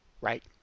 Right